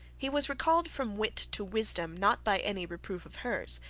he was recalled from wit to wisdom, not by any reproof of hers,